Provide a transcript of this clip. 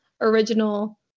original